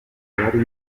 bari